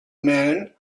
man